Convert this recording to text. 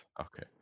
okay